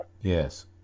Yes